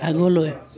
আগলৈ